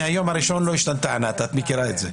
מהיום הראשון לא השתנתה ואת מכירה אותה.